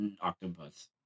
octopus